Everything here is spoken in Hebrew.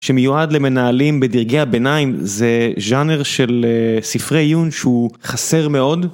שמיועד למנהלים בדרגי הביניים זה ז'אנר של ספרי עיון שהוא חסר מאוד.